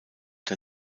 der